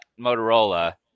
Motorola